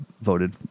voted